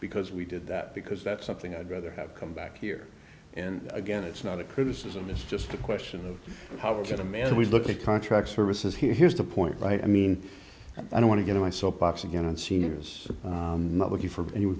because we did that because that's something i'd rather have come back here and again it's not a criticism it's just a question of how can a man we look at contract services here here's the point right i mean i don't want to get in my soapbox again and seniors are not looking for any